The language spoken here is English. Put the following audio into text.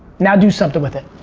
now do somethin' with it.